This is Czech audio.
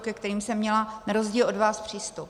ke kterým jsem měla na rozdíl od vás přístup.